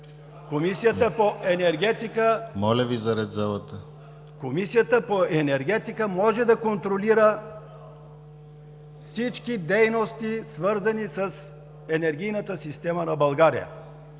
Комисията по енергетика може да контролира всички дейности, свързани с енергийната система на България.